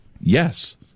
Yes